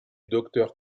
docteur